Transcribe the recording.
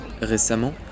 Récemment